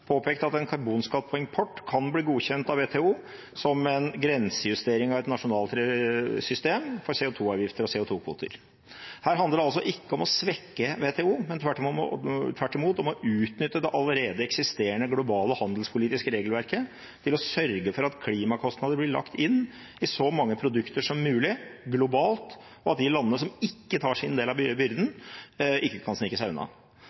påpekt at en karbonskatt på import kan bli godkjent av WTO som en grensejustering av et nasjonalt system for CO 2 -avgifter og CO 2 -kvoter. Her handler det altså ikke om å svekke WTO, men tvert imot om å utnytte det allerede eksisterende globale handelspolitiske regelverket til å sørge for at klimakostnader blir lagt inn i så mange produkter som mulig globalt, og at de landene som ikke tar sin del av byrden, ikke kan snike seg unna.